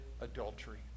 adultery